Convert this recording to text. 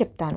చెప్తాను